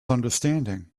understanding